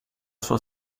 sua